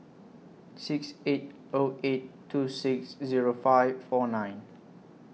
six eight O eight two six Zero five four nine